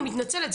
אני מתנצלת,